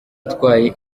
itwaye